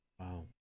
Wow